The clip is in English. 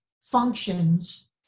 functions